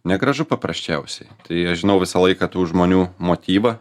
negražu paprasčiausiai tai aš žinau visą laiką tų žmonių motyvą